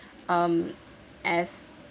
um as